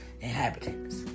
inhabitants